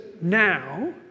now